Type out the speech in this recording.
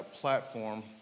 platform